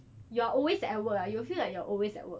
you are always at work lah you feel like you are always at work